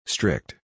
Strict